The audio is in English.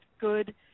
good